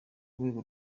urwego